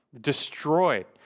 destroyed